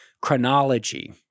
chronology